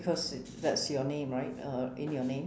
because that's your name right uh in your name